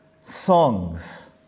songs